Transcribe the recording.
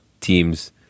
teams